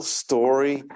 story